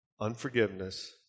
Unforgiveness